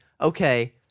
okay